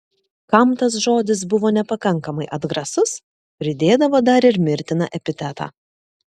kam tas žodis buvo nepakankamai atgrasus pridėdavo dar ir mirtiną epitetą